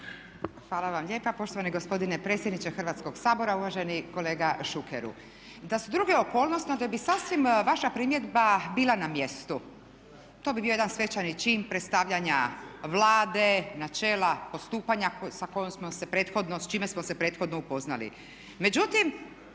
Hvala vam lijepa poštovani gospodine predsjedniče Hrvatskoga sabora. Uvaženi kolega Šukeru, da su druge okolnosti onda bi sasvim vaša primjedba bila na mjestu, to bi bio jedan svečani cilj predstavljanja Vlade, načela postupanja sa čime smo se prethodno upoznali.